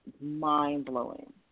mind-blowing